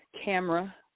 camera